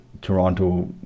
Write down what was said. Toronto